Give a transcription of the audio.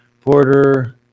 Porter